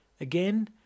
Again